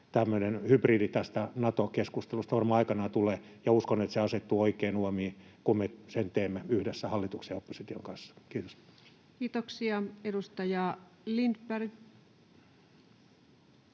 Tämmöinen hybridi tästä Nato-keskustelusta varmaan aikanaan tulee, ja uskon, että se asettuu oikein uomiin, kun me sen teemme yhdessä hallituksen ja opposition kanssa. — Kiitos. Kiitoksia. — Edustaja Lindberg.